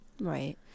Right